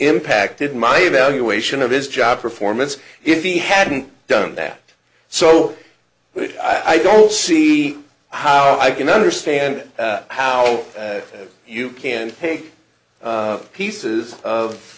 impacted my evaluation of his job performance if he hadn't done that so i don't see how i can understand how you can take pieces of